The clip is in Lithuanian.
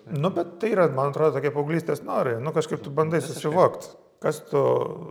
nu bet tai yra man atrodo tokie paauglystės norai nu kažkaip tu bandai susivokt kas tu